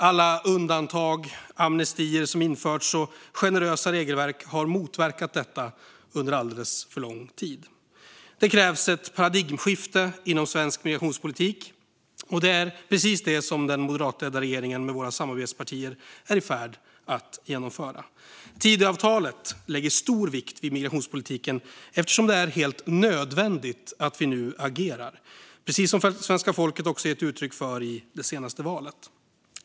Alla undantag, amnestier och generösa regelverk som införts har motverkat detta under alldeles för lång tid. Det krävs ett paradigmskifte inom svensk migrationspolitik, och det är precis det som den moderatledda regeringen med sina samarbetspartier är i färd med att genomföra. Tidöavtalet lägger stor vikt vid migrationspolitiken eftersom det är helt nödvändigt att vi nu agerar, precis som svenska folket också gett uttryck för i det senaste valet.